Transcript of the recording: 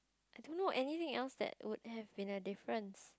I don't know anything else that would have been a difference